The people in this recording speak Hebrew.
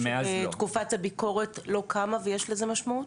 מאז תקופת הביקורת היא לא קמה, ויש לזה משמעות.